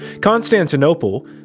Constantinople